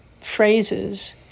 phrases